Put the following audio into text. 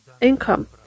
income